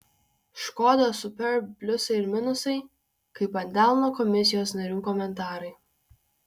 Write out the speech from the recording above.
škoda superb pliusai ir minusai kaip ant delno komisijos narių komentarai